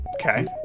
Okay